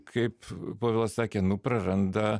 kaip povilas sakė nu praranda